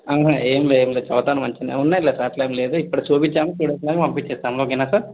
అవునా ఏం లేవులే చదువుతాడు మంచిగానే ఉన్నాయి సార్ అట్లా ఏం లేదు ఇప్పడు చూపించాం చూడంగానే పంపించేస్తాం ఓకేనా సార్